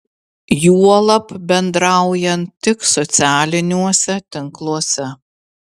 juolab bendraujant tik socialiniuose tinkluose